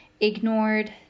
ignored